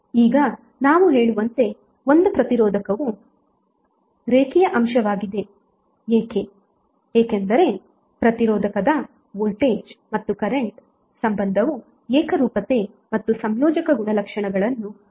ಈಗ ನಾವು ಹೇಳುವಂತೆ ಒಂದು ಪ್ರತಿರೋಧಕವು ರೇಖೀಯ ಅಂಶವಾಗಿದೆ ಏಕೆ ಏಕೆಂದರೆ ಪ್ರತಿರೋಧಕದ ವೋಲ್ಟೇಜ್ ಮತ್ತು ಕರೆಂಟ್ ಸಂಬಂಧವು ಏಕರೂಪತೆ ಮತ್ತು ಸಂಯೋಜಕ ಗುಣಲಕ್ಷಣಗಳನ್ನು ಪೂರೈಸುತ್ತದೆ